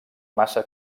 massa